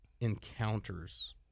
encounters